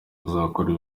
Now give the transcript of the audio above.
tuzakora